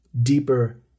deeper